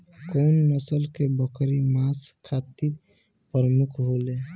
कउन नस्ल के बकरी मांस खातिर प्रमुख होले?